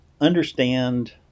understand